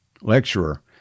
Lecturer